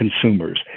consumers